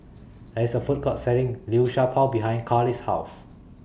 There IS A Food Court Selling Liu Sha Bao behind Karli's House